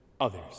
others